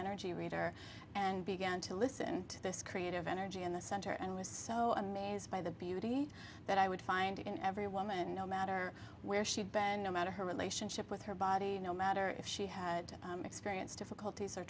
energy reader and began to listen to this creative energy in the center and was so amazed by the beauty that i would find in every woman no matter where she had been no matter her relationship with her body no matter if she had experienced difficulties or